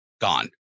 gone